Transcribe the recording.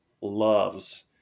loves